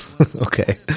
Okay